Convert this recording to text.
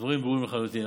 הדברים ברורים לחלוטין.